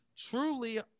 Truly